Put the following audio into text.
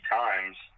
times